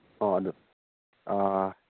ꯑꯣ ꯑꯗꯨ ꯑꯥ